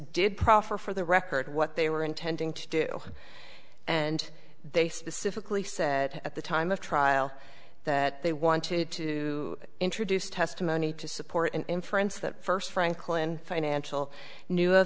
did proffer for the record what they were intending to do and they specifically said at the time of trial that they wanted to introduce testimony to support an inference that first franklin financial knew